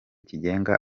kigenga